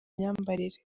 myambarire